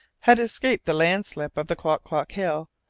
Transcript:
had escaped the landslip of the klock-klock hill,